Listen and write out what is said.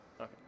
Okay